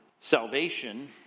salvation